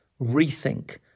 rethink